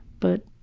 but,